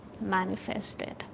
manifested